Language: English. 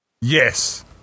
Yes